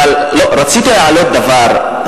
רציתי להעלות דבר,